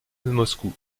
moscou